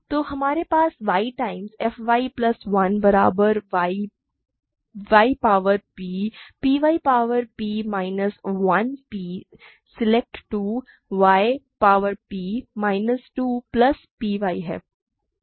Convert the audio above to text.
तो हमारे पास y times f y plus 1 बराबर y power p py power p minus 1 p select 2 y power p minus 2 plus py है